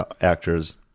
actors